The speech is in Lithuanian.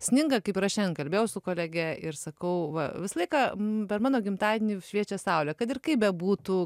sninga kaip ir aš šiandien kalbėjau su kolege ir sakau va visą laiką per mano gimtadienį šviečia saulė kad ir kaip bebūtų